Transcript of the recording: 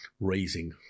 raising